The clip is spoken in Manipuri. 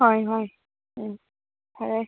ꯍꯣꯏ ꯍꯣꯏ ꯎꯝ ꯐꯔꯦ